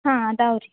ಹಾಂ ಅದಾವೆ ರೀ